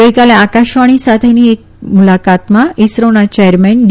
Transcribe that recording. ગઈકાલે આકાશવાણી સાથેની એક ખાસ મુલાકાતમાં ઈસરોના ચેરમેન ડી